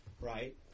right